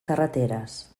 carreteres